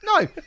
no